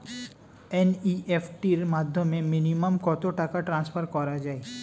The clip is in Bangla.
এন.ই.এফ.টি র মাধ্যমে মিনিমাম কত টাকা ট্রান্সফার করা যায়?